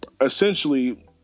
essentially